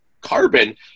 carbon